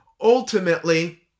Ultimately